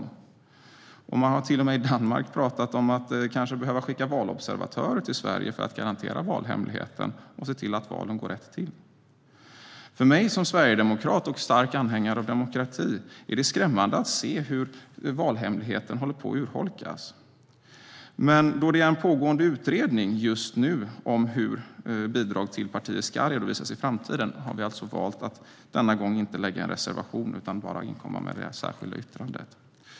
Man har i Danmark till och med talat om att kanske behöva skicka valobservatörer till Sverige för att garantera valhemligheten och se till att valen går rätt till. För mig som sverigedemokrat och stark anhängare av demokrati är det skrämmande att se hur valhemligheten håller på att urholkas. Men eftersom det just nu finns en pågående utredning om hur bidrag till partier ska redovisas i framtiden har vi alltså valt att denna gång inte reservera oss utan bara göra ett särskilt yttrande.